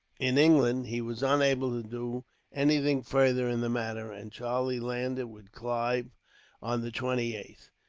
in england, he was unable to do anything further in the matter, and charlie landed with clive on the twenty eighth.